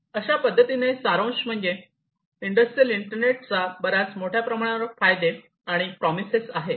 अशा पद्धतीने सारांश म्हणजे इंडस्ट्रियल इंटरनेटचा बऱ्याच मोठ्या प्रमाणावर फायदे आणि प्रोमिसेस आहेत